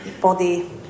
body